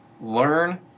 learn